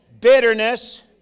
bitterness